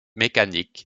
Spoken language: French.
mécanique